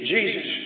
Jesus